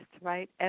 right